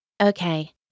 Okay